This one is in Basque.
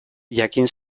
jakin